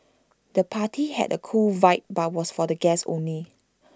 the party had A cool vibe but was for the guests only